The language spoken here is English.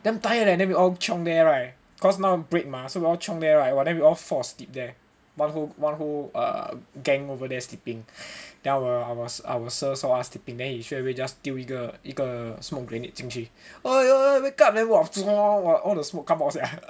damn tired eh then we all chiong there right cause now break mah so we all chiong there right !wah! then we all fall asleep there one whole one whole err gang over there sleeping then our our sir saw us sleeping then he straight away just 丢一个一个 smoke grenade 进去 !oi! !oi! !oi! wake up then !wah! !wah! all the smoke come out sia